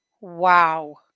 Wow